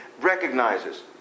recognizes